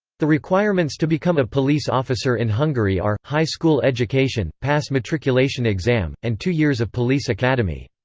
the requirements to become a police officer in hungary are high school education, pass matriculation exam, and two years of police academy.